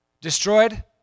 Destroyed